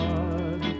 God